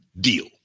deal